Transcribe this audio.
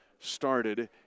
started